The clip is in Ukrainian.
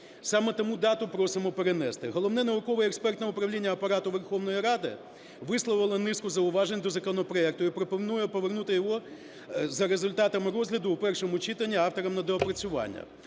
Саме тому дату просимо перенести. Головне науково-експертне управління Апарату Верховної Ради висловило низку зауважень до законопроекту і пропонує повернути його за результатами розгляду у першому читанні авторам на доопрацювання.